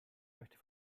möchte